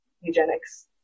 eugenics